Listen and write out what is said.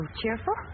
cheerful